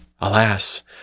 Alas